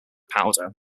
powder